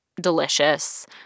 delicious